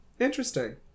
interesting